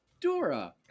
Dora